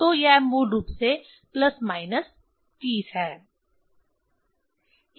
तो यह मूल रूप से प्लस माइनस 30 है